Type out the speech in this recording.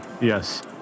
Yes